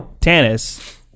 Tannis